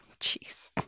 jeez